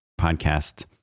podcast